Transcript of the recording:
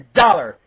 dollar